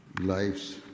lives